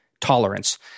tolerance